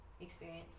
experience